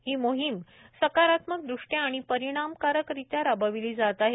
ही मोहीम सकारात्मक दृष्ट्या आणि परिणामकारकरित्या राबविली जात आहे